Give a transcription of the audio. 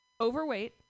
overweight